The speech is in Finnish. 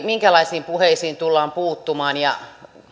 minkälaisiin puheisiin tullaan puuttumaan